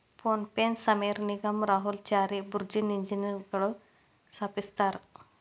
phone ಪೆನ ಸಮೇರ್ ನಿಗಮ್ ರಾಹುಲ್ ಚಾರಿ ಬುರ್ಜಿನ್ ಇಂಜಿನಿಯರ್ಗಳು ಸ್ಥಾಪಿಸ್ಯರಾ